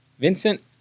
Vincent